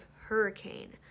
hurricane